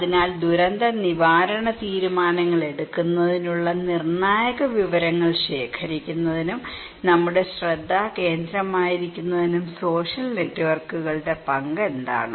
അതിനാൽ ദുരന്ത നിവാരണ തീരുമാനങ്ങൾ എടുക്കുന്നതിനുള്ള നിർണായക വിവരങ്ങൾ ശേഖരിക്കുന്നതിനും നമ്മുടെ ശ്രദ്ധാകേന്ദ്രമായിരിക്കുന്നതിനും സോഷ്യൽ നെറ്റ്വർക്കുകളുടെ പങ്ക് എന്താണ്